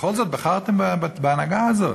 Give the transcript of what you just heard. בכל זאת, בחרתם בהנהגה הזאת.